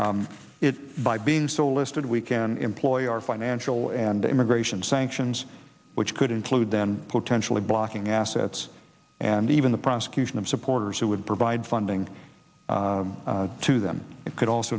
it by being so listed we can employ our financial and immigration sanctions which could include then potentially blocking assets and even the prosecution of supporters who would provide funding to them it could also